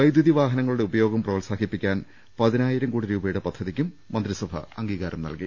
വൈദ്യുതി വാഹനങ്ങളുടെ ഉപയോഗം പ്രോത്സാഹിപ്പിക്കുന്നതിന് പതിനായിരം കോടി രൂപയുടെ പദ്ധതിക്കും മന്ത്രിസഭ അംഗീകാരം നൽകി